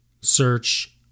Search